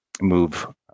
move